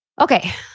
Okay